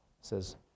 says